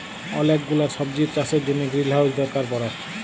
ওলেক গুলা সবজির চাষের জনহ গ্রিলহাউজ দরকার পড়ে